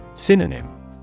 Synonym